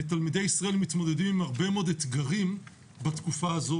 ותלמידי ישראל מתמודדים עם הרבה מאוד אתגרים בתקופה הזו,